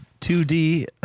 2D